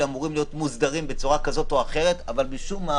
אמורים להיות מוסדרים בצורה כזו או אחרת אבל משום מה,